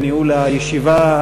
בניהול הישיבה,